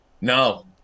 No